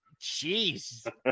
jeez